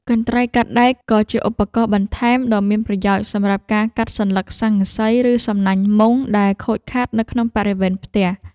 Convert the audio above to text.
កន្ត្រៃកាត់ដែកក៏ជាឧបករណ៍បន្ថែមដ៏មានប្រយោជន៍ សម្រាប់ការកាត់សន្លឹកស័ង្កសី ឬសំណាញ់មុងដែលខូចខាតនៅក្នុងបរិវេណផ្ទះ។